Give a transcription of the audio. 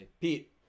Pete